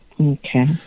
Okay